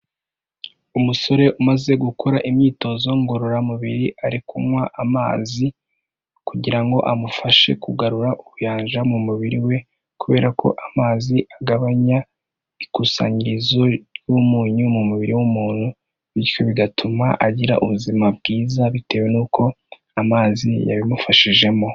Umusore umaze gukora imyitozo ngororamubiri ari kunywa amazi, kugira ngo amufashe kugarura ubuyanja mu mubiri we, kubera ko amazi agabanya ikusanyirizo ry'umunyu mu mubiri w'umuntu, bityo bigatuma agira ubuzima bwiza bitewe n'uko amazi yabimufashijemo.